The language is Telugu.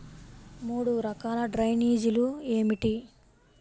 మూడు రకాల డ్రైనేజీలు ఏమిటి?